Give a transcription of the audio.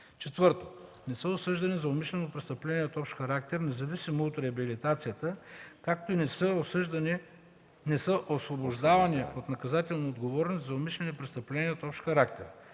4. не са осъждани за умишлено престъпление от общ характер, независимо от реабилитацията, както и не са освобождавани от наказателна отговорност за умишлени престъпления от общ характер;